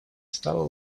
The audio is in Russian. стала